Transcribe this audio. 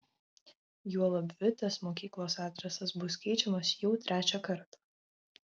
juolab vitės mokyklos adresas bus keičiamas jau trečią kartą